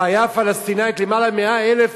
הבעיה הפלסטינית, למעלה מ-100,000,